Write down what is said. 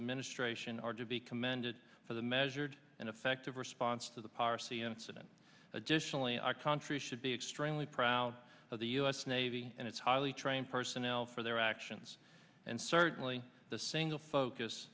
administration are to be commended for the measured and effective response to the piracy incident additionally our country should be extremely proud of the u s navy and its highly trained personnel for their actions and certainly the single focus